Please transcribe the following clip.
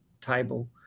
table